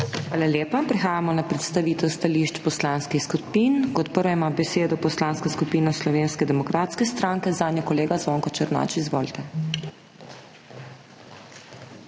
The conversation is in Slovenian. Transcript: Hvala lepa. Prehajamo na predstavitev stališč poslanskih skupin. Kot prva ima besedo Poslanska skupina Slovenske demokratske stranke, zanjo kolega Zvonko Černač, izvolite.